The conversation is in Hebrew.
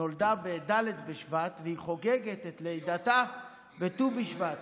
נולדה בד' בשבט, והיא חוגגת את לידתה בט"ו בשבט.